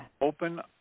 open